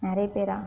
நிறைய பேரா